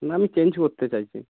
না আমি চেঞ্জ করতে চাইছি